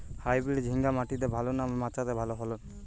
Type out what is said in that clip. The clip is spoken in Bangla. হাইব্রিড ঝিঙ্গা মাটিতে ভালো না মাচাতে ভালো ফলন?